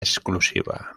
exclusiva